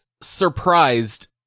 surprised